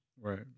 Right